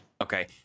Okay